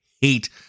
hate